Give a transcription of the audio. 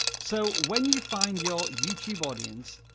so when you find your youtube audience,